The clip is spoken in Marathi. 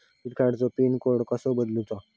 क्रेडिट कार्डची पिन कोड कसो बदलुचा?